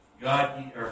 God